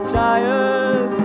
tired